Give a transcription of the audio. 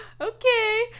okay